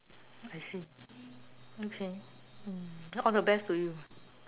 I see okay mm all the best to you